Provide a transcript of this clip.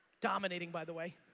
dominating by the way,